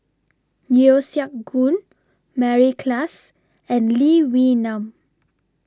Yeo Siak Goon Mary Klass and Lee Wee Nam